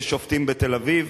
יש שופטים בתל-אביב,